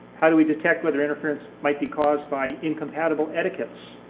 how do we detect whether interference might be caused by incompatible etiquettes?